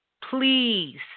Please